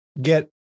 get